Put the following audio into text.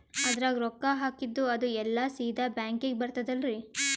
ಅದ್ರಗ ರೊಕ್ಕ ಹಾಕಿದ್ದು ಅದು ಎಲ್ಲಾ ಸೀದಾ ಬ್ಯಾಂಕಿಗಿ ಬರ್ತದಲ್ರಿ?